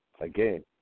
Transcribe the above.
again